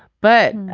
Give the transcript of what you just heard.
but